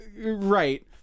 right